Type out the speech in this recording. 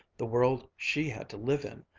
the world she had to live in,